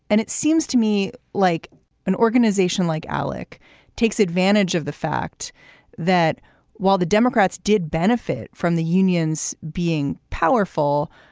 and it seems to me like an organization like alec takes advantage of the fact that while the democrats did benefit from the unions being powerful,